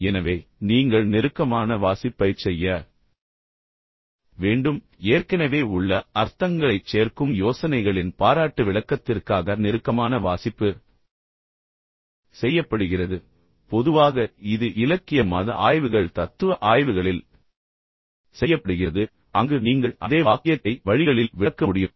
எனவே நீங்கள் நெருக்கமான வாசிப்பைச் செய்ய வேண்டும் ஏற்கனவே உள்ள அர்த்தங்களைச் சேர்க்கும் யோசனைகளின் பாராட்டு விளக்கத்திற்காக நெருக்கமான வாசிப்பு செய்யப்படுகிறது பொதுவாக இது இலக்கிய மத ஆய்வுகள் தத்துவ ஆய்வுகளில் செய்யப்படுகிறது அங்கு நீங்கள் அதே வாக்கியத்தை வழிகளில் விளக்க முடியும்